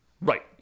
Right